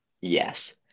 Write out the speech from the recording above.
Yes